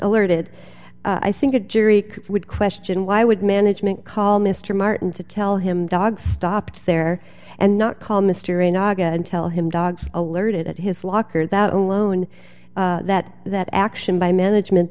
alerted i think a jury would question why would management call mr martin to tell him dog stop there and not call mr a naga and tell him dogs alerted at his locker that alone that that action by management